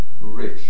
rich